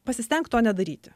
pasistenk to nedaryti